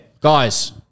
guys